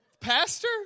pastor